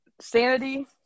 sanity